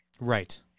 Right